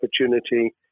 opportunity